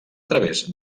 través